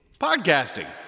Podcasting